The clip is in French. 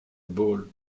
ball